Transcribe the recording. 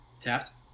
Taft